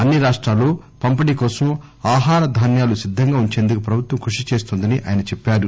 అన్ని రాష్టాల్లో పంపిణీ కోసం ఆహార ధాన్యాలు సిద్ధంగా ఉంచేందుకు ప్రభుత్వం కృషి చేస్తోందని ఆయన చెప్పారు